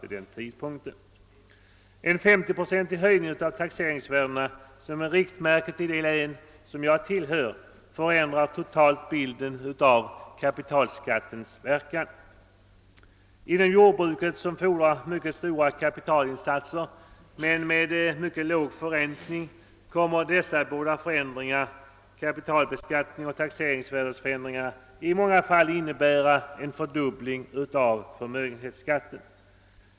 En 50-procentig höjning av taxeringsvärdena, som är riktmärket i det län jag tillhör, förändrar totalt bilden av kapitalskattens verkan. Inom jordbruket, som fordrar mycket stora kapitalinsatser men ger mycket låg förräntning, kommer dessa båda förändringar — kapitalbeskattningen och taxeringsvärdesförändringarna — i många fall att innebära en fördubbling av förmögenhetsskatten.